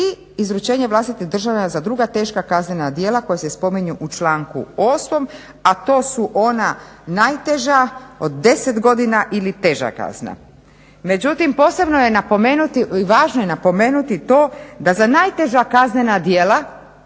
i izručenje vlastite države za druga teška kaznena djela koja se spominju u članku osmom a to su ona najteža od deset godina ili teža kazna. Međutim, posebno je napomenuti i važno je napomenuti to da za najteža kaznena djela